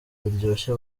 biryoshye